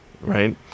right